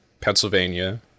Pennsylvania